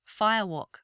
firewalk